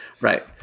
right